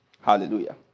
Hallelujah